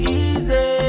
easy